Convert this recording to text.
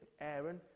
Aaron